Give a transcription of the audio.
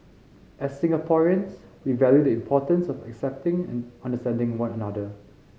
as Singaporeans we value the importance of accepting and understanding one another